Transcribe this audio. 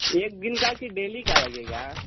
एक दिन का की डेली का लगेगा